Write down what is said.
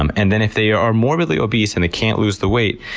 um and then if they are morbidly obese and they can't lose the weight,